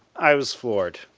i was floored.